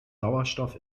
sauerstoff